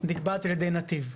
נקבעת על ידי נתיב.